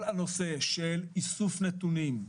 כל הנושא של איסוף נתונים,